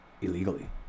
illegally